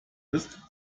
ist